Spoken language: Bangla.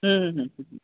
হুম হুম হুম হুম হুম